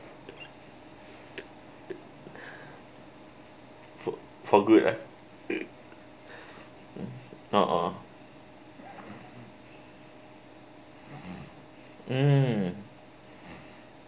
for good uh (uh huh) mm